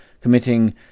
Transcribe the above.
committing